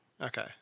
Okay